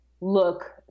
look